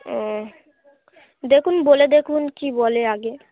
ও দেখুন বলে দেখুন কী বলে আগে